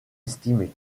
estimée